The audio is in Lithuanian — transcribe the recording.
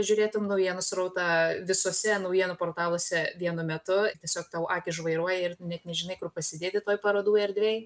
žiūrėtum naujienų srautą visuose naujienų portaluose vienu metu tiesiog tau akys žvairuoja ir net nežinai kur pasidėti toj parodų erdvėj